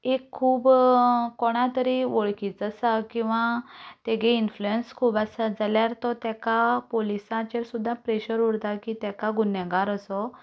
एक खूब कोणा तरी वळखीचो आसा किंवा तेगे इनफ्लुएंस खूब आसा जाल्यार ताका पुलीसांचेर सुद्दां प्रेशर उरता की ताका गुनेगार असो